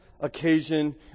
occasion